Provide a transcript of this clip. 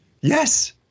Yes